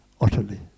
utterly